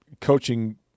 coaching